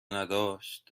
نداشت